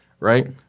right